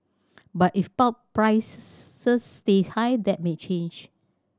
but if pulp prices stay high that may change